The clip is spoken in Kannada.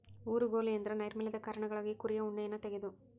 ಊರುಗೋಲು ಎಂದ್ರ ನೈರ್ಮಲ್ಯದ ಕಾರಣಗಳಿಗಾಗಿ ಕುರಿಯ ಉಣ್ಣೆಯನ್ನ ತೆಗೆದು